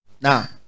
now